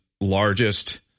largest